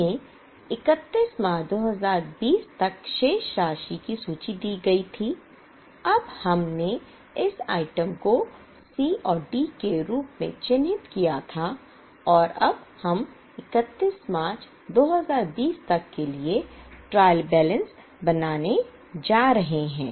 हमें 31 मार्च 2020 तक शेष राशि की सूची दी गई थी तब हमने इस आइटम को C और D के रूप में चिह्नित किया था और अब हम 31 मार्च 2020 तक के लिए ट्रायल बैलेंस बनाने जा रहे हैं